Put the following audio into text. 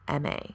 MA